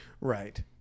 Right